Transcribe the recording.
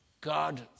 God